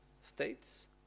states